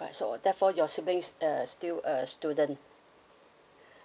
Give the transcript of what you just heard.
alright so therefore your sibling's uh still a student